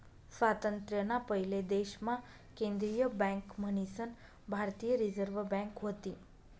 स्वातंत्र्य ना पयले देश मा केंद्रीय बँक मन्हीसन भारतीय रिझर्व बँक व्हती